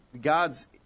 God's